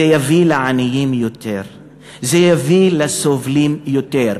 זה יביא ליותר עניים, זה יביא לסובלים יותר.